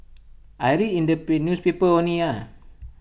I read in the newspaper only ah